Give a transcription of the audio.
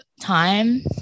time